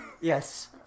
yes